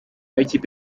w’ikipe